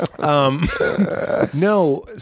No